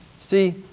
See